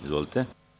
Izvolite.